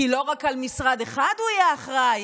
כי לא רק על משרד אחד הוא יהיה אחראי,